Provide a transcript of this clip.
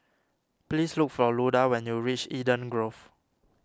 please look for Luda when you reach Eden Grove